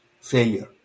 failure